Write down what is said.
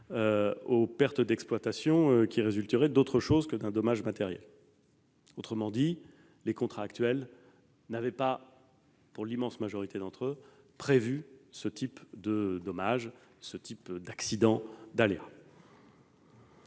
aux pertes qui résulteraient d'une cause autre qu'un dommage matériel. Autrement dit, les contrats actuels n'ont pas, pour l'immense majorité d'entre eux, prévu ce type de dommage, d'accident, d'aléa.